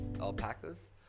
alpacas